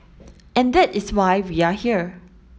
and that is why we are here